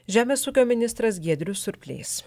žemės ūkio ministras giedrius siurplys